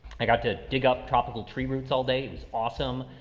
i got to dig up tropical tree roots all day was awesome.